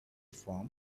from